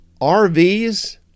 RVs